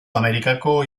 amerikako